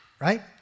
right